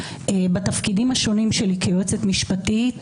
בתפקידים השונים שלי כיועצת משפטית,